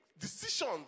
decisions